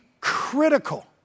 critical